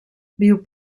viu